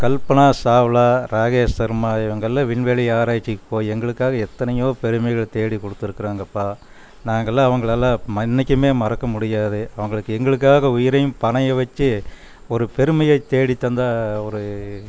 கல்பனா சாவ்லா ராகேஷ் சர்மா இவங்களெலாம் விண்வெளி ஆராய்ச்சிக்கு போய் எங்களுக்காக எத்தனையோ பெருமைகளை தேடி கொடுத்துருக்குறாங்க அப்பா நாங்களெலாம் அவங்களெல்லாம் மன்னிக்கவே மறக்க முடியாது அவர்களுக்கு எங்களுக்காக உயிரையும் பணையம் வச்சு ஒரு பெருமையை தேடித் தந்த ஒரு